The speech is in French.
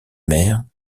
mère